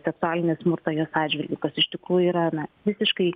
seksualinį smurtą jos atžvilgiu kas iš tikrųjų yra na visiškai